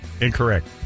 Incorrect